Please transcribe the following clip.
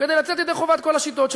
כדי לצאת ידי חובת כל השיטות,